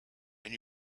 and